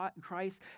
Christ